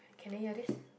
can they hear this